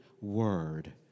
word